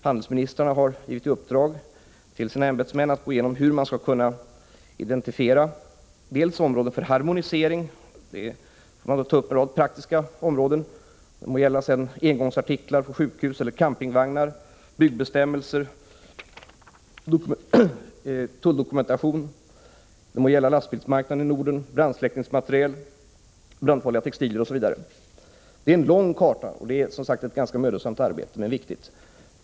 Handelsministrarna har givit i uppdrag till sina ämbetsmän att gå igenom hur man skall kunna identifiera områden för harmonisering — det må gälla engångsartiklar på sjukhus, campingvagnar, byggbestämmelser, tulldokumentation, lastbilsmarknaden i Norden, brandsläckningsmateriel, brandfarliga textilier osv. Det gäller en hel rad praktiska områden, och det är ett ganska mödosamt arbete, men viktigt.